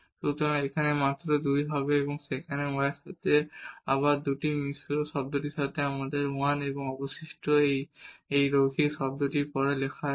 সুতরাং এখানে মাত্র 2 হবে এবং সেখানে y এর সাথে এটি আবার দুটি হবে মিশ্র শব্দটির সাথে আমাদের 1 এবং তারপর অবশিষ্ট যা এই রৈখিক শব্দটির পরে লেখা আছে